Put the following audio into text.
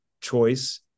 choice